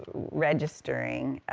registering,